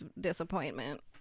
disappointment